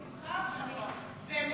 5%; אבל השאלה היא,